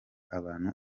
abantu